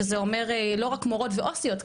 שזה אומר לא רק מורות ועו"סיות,